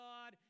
God